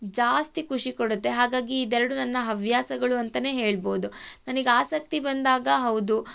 ಜಾಸ್ತಿ ಖುಷಿ ಕೊಡುತ್ತೆ ಹಾಗಾಗಿ ಇದೆರಡೂ ನನ್ನ ಹವ್ಯಾಸಗಳು ಅಂತ ಹೇಳ್ಬೋದು ನನಗ್ ಆಸಕ್ತಿ ಬಂದಾಗ ಹೌದು